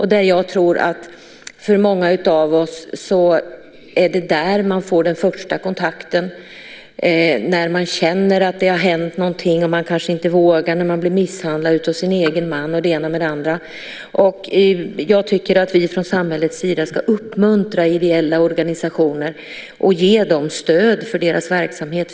Jag tror att det är där man får den första kontakten när det har hänt någonting. Man kanske inte vågar ta kontakt med andra om man har blivit misshandlad av sin egen man. Jag tycker att vi från samhällets sida ska uppmuntra ideella organisationer och ge dem stöd för deras verksamhet.